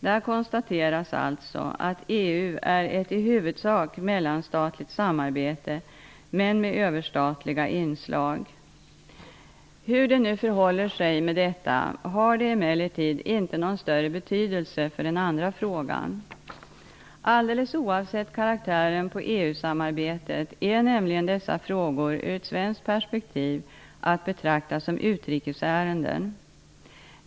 Där konstateras alltså att EU är ett i huvudsak mellanstatligt samarbete men med överstatliga inslag. Hur det nu förhåller sig med detta har emellertid inte någon större betydelse för den andra frågan. Alldeles oavsett karaktären på EU-samarbetet är nämligen dessa frågor ur ett svenskt perspektiv att betrakta som utrikesärenden.